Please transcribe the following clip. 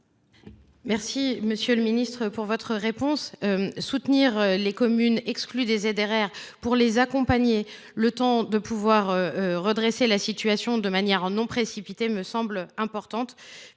remercie, monsieur le ministre, de votre réponse. Soutenir les communes exclues des ZRR et les accompagner le temps de redresser la situation de manière non précipitée me semble important.